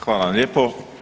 Hvala vam lijepo.